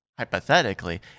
Hypothetically